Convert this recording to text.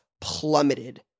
plummeted